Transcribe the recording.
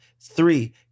Three